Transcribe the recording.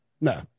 No